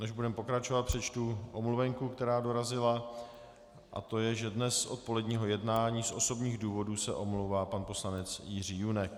Než budeme pokračovat, přečtu omluvenku, která dorazila, a to je, že dnes z odpoledního jednání z osobních důvodů se omlouvá pan poslanec Jiří Junek.